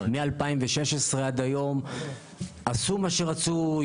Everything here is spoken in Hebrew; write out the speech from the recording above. מ-2016 ועד היום עשו מה שרצו,